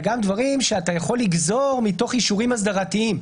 גם דברים שאתה יכול לגזור מתוך אישורים אסדרתיים.